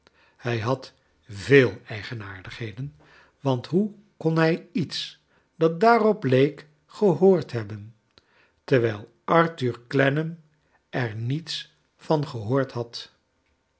hij had veel eigenaardigheden want hoe kon hij iets dat daarop leek gehoord hebben terwijl arthur clennam er niets van gehoord had